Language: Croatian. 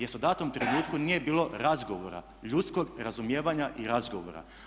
Jer u datom trenutku nije bilo razgovora, ljudskog razumijevanja i razgovora.